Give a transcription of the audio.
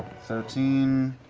thirteen.